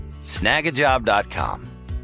Snagajob.com